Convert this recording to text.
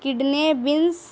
کڈنے بینس